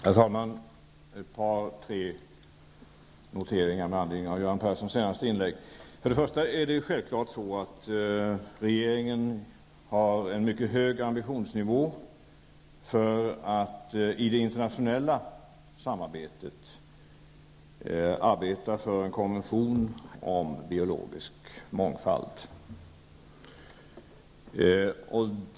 Herr talman! Ett par tre noteringar med anledning av Göran Perssons senaste inlägg. Först och främst är det självklart så att regeringen har en mycket hög ambitionsnivå när det gäller att i det internationella samarbetet verka för en konvention om biologisk mångfald.